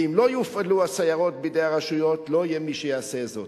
ואם לא יופעלו הסיירות בידי הרשויות לא יהיה מי שיעשה זאת.